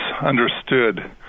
understood